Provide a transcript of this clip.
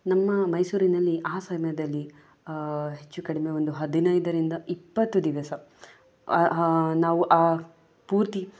ನಮ್ಮ ಮೈಸೂರಿನಲ್ಲಿ ಆ ಸಮಯದಲ್ಲಿ ಹೆಚ್ಚು ಕಡಿಮೆ ಒಂದು ಹದಿನೈದರಿಂದ ಇಪ್ಪತ್ತು ದಿವಸ ನಾವು ಆ ಪೂರ್ತಿ